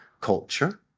culture